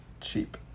cheap